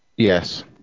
Yes